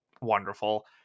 wonderful